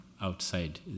outside